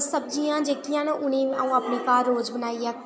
सब्जियां जेह्कियां न उ'नेंगी अ'ऊं अपने घर रोज बनाइयै